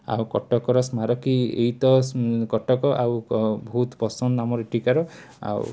ଆଉ କଟକର ସ୍ମାରକୀ ଏଇତ ଉଁ କଟକ ଆଉ ଅ ବହୁତ ପସନ୍ଦ ଆମର ଏଠିକାର ଆଉ